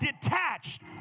detached